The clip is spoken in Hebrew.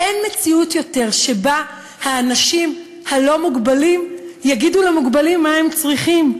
אין יותר מציאות שבה האנשים הלא-מוגבלים יגידו למוגבלים מה הם צריכים,